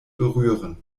berühren